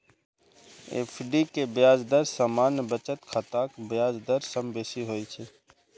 FD के ब्याज दर सामान्य बचत खाताक ब्याज दर सं बेसी होइ छै